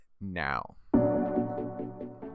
now